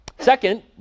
Second